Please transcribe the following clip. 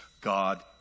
God